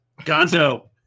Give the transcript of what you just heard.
Gonzo